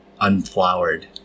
Unflowered